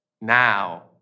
Now